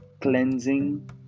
cleansing